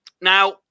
Now